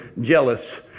jealous